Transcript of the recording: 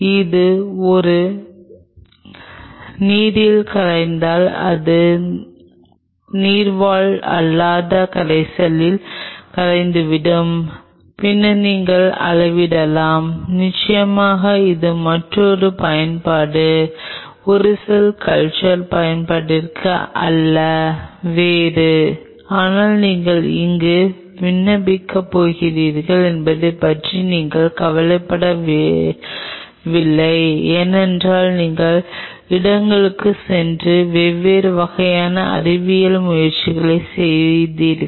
அது ஒரு நீரில் கரைந்தால் அது அதன் நீர்வாழ் அல்லாத கரைசலில் கரைந்துவிடும் பின்னர் நீங்கள் அளவிடலாம் நிச்சயமாக இது மற்றொரு பயன்பாடுகள் ஒரு செல் கல்ச்சர் பயன்பாட்டிற்கு அல்ல வேறு ஆனால் நீங்கள் எங்கு விண்ணப்பிக்கப் போகிறீர்கள் என்பதைப் பற்றி நாங்கள் கவலைப்படவில்லை ஏனென்றால் நீங்கள் இடங்களுக்குச் சென்று வெவ்வேறு வகையான அறிவியல் முயற்சிகளைச் செய்வீர்கள்